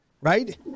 right